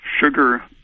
sugar